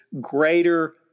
greater